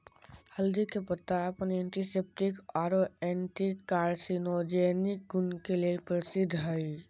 हल्दी के पत्ता अपन एंटीसेप्टिक आरो एंटी कार्सिनोजेनिक गुण के लेल प्रसिद्ध हई